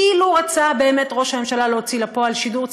אילו באמת רצה ראש הממשלה להוציא לפועל שידור ציבורי,